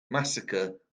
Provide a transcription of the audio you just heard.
massacre